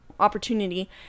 opportunity